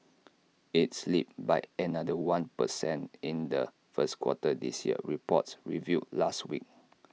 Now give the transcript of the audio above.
IT slipped by another one per cent in the first quarter this year reports revealed last week